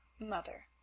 mother